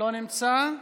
לא נמצא,